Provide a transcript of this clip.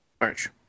March